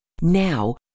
Now